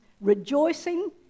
rejoicing